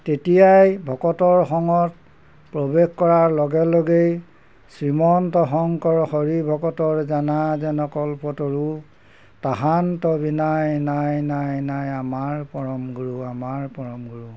তেতিয়াই ভকতৰ সঙত প্ৰৱেশ কৰাৰ লগে লগেই শ্ৰীমন্ত শংকৰ হৰি ভকতৰ জানা যেন কল্পতৰু তাহান্ত বিনায় নাই নাই নাই আমাৰ পৰম গুৰু আমাৰ পৰম গুৰু